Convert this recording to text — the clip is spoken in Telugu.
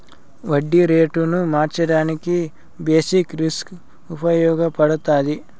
వడ్డీ రేటును మార్చడానికి బేసిక్ రిస్క్ ఉపయగపడతాది